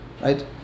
right